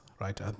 right